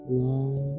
long